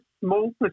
small